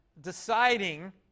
deciding